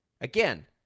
Again